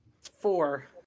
Four